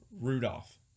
Rudolph